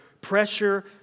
pressure